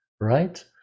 right